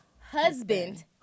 husband